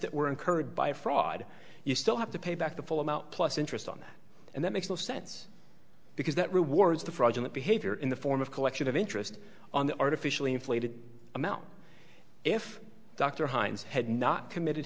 that were incurred by fraud you still have to pay back the full amount plus interest on and that makes no sense because that rewards the fraudulent behavior in the form of collection of interest on the artificially inflated amount if dr heinz had not committed